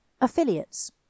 Affiliates